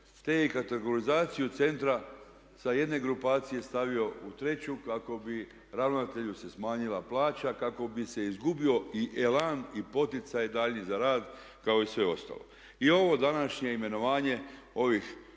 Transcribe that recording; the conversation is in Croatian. Te i kategorizaciju centra sa jedne grupacije stavio u treću kako bi ravnatelju se smanjila plaća, kako bi se izgubio i elan i poticaj daljnji za rad kao i sve ostalo. I ovo današnje imenovanje ovih